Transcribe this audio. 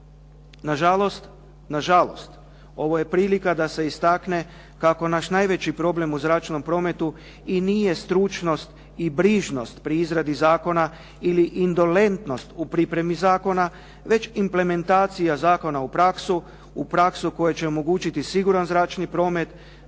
Nažalost, ovo je prilika da se istakne kako naš najveći problem u zračnom prometu i nije stručnost i brižnost pri izradi zakona ili indolentnost u pripremi zakona, već implementacija zakona u praksu koja će omogućiti siguran zračni promet